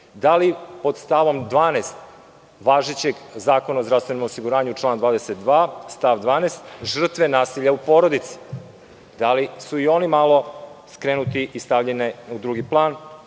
Da li pod stavom 12. važećeg Zakona o zdravstvenom osiguranju član 22. stav 12. - žrtve nasilja u porodici, da li su i one stavljene u drugi plan,